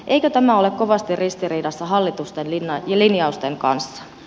eikö tämä ole kovasti ristiriidassa hallituksen linjausten kanssa